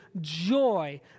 joy